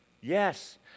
yes